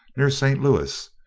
near st. louis,